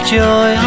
joy